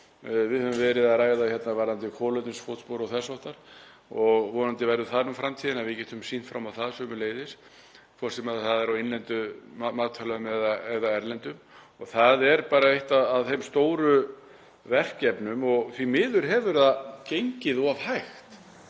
Við höfum verið að ræða hérna kolefnisfótspor og þess háttar og vonandi verður það framtíðin að við getum sýnt fram á það sömuleiðis, hvort sem er á innlendum matvælum eða erlendum. Þetta er bara eitt af stóru verkefnunum og því miður hefur það gengið of hægt.